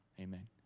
amen